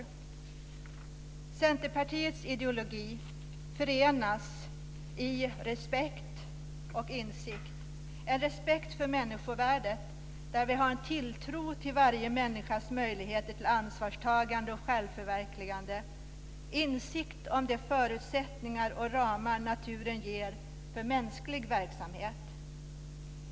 I Centerpartiets ideologi förenas respekt och insikt, en respekt för människovärdet som innebär att vi har en tilltro till varje människas möjligheter till ansvarstagande och självförverkligande, en insikt om de förutsättningar och ramar naturen ger för mänsklig verksamhet.